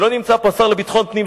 ולא נמצא פה השר לביטחון הפנים,